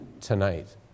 tonight